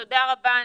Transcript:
תודה רבה.